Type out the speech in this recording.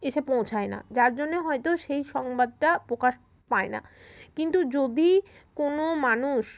এসে পৌঁছায় না যার জন্যে হয়তো সেই সংবাদটা প্রকাশ পায় না কিন্তু যদি কোনো মানুষ